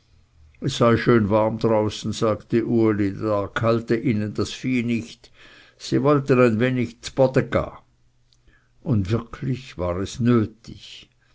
es sei schön warm draußen sagte uli da erkalte ihnen das vieh nicht sie wollten ein wenig zboden ha und wirklich war es nötig